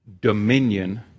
dominion